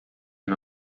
him